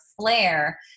flare